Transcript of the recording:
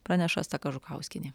praneša asta kažukauskienė